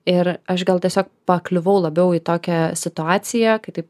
ir aš gal tiesiog pakliuvau labiau į tokią situaciją kai taip